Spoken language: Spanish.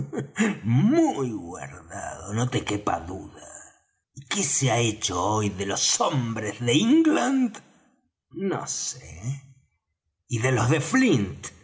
muy guardado no te quepa duda y qué se ha hecho hoy de los hombres de england no sé y de los de flint